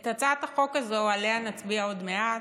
הגשתי את הצעת החוק הזאת, שעליה נצביע עוד מעט,